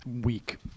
week